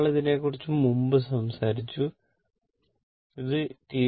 ഞങ്ങൾ ഇതിനെക്കുറിച്ച് മുമ്പ് സംസാരിച്ചു T4